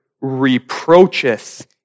reproacheth